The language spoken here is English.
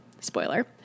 spoiler